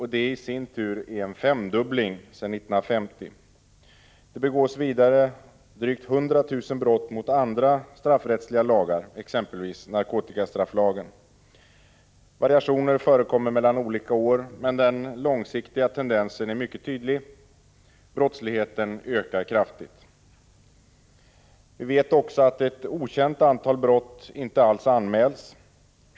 Detta i sin tur är en femdubbling sedan 1950. Det begås vidare drygt 100 000 brott mot andra straffrättsliga lagar, exempelvis narkotikastrafflagen. Variationer förekommer mellan olika år, men den långsiktiga tendensen är mycket tydlig: brottsligheten ökar kraftigt. Vi vet också att ett okänt antal brott inte alls anmäls.